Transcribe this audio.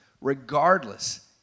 regardless